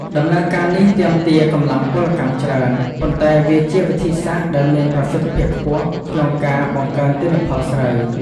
ដំណើរការនេះទាមទារកម្លាំងពលកម្មច្រើន ប៉ុន្តែវាជាវិធីសាស្រ្តដែលមានប្រសិទ្ធភាពខ្ពស់ក្នុងការបង្កើនទិន្នផលស្រូវ។